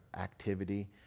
activity